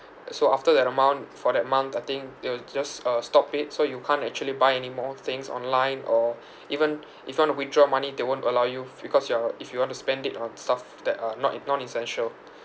so after that amount for that month I think it will just uh stop it so you can't actually buy anymore things online or even if you want to withdraw money they won't allow you f~ because you are if you want to spend it on stuff that are not e~ non essential